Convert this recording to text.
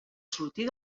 sortir